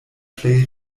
plej